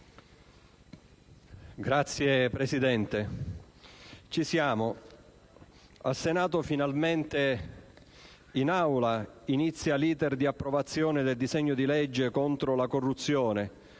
Signora Presidente, ci siamo: al Senato, finalmente, in Aula, inizia l'*iter* di approvazione del disegno di legge contro la corruzione.